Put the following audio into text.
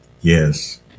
yes